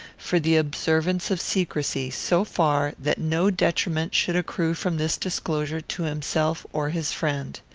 for the observance of secrecy, so far that no detriment should accrue from this disclosure to himself or his friend.